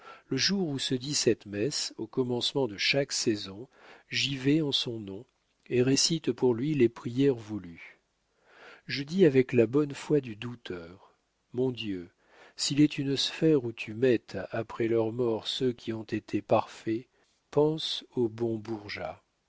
le jour où se dit cette messe au commencement de chaque saison j'y vais en son nom et récite pour lui les prières voulues je dis avec la bonne foi du douteur mon dieu s'il est une sphère où tu mettes après leur mort ceux qui ont été parfaits pense au bon